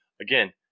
Again